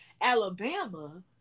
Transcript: Alabama